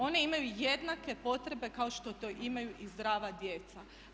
Oni imaju jednake potrebe kao što to imaju i zdrava djeca.